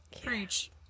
Preach